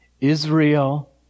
Israel